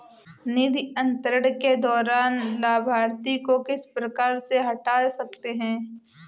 निधि अंतरण के दौरान लाभार्थी को किस प्रकार से हटा सकते हैं?